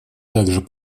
также